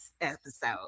episode